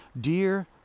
Deer